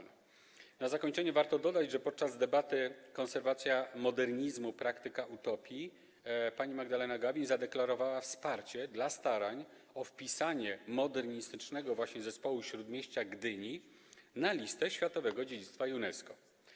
Na zakończenie warto dodać, że podczas debaty „Konserwacja modernizmu: praktyka utopii” pani Magdalena Gawin zadeklarowała wsparcie w odniesieniu do starań o wpisanie modernistycznego zespołu śródmieścia Gdyni na listę światowego dziedzictwa UNESCO.